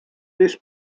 this